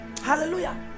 Hallelujah